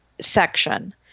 section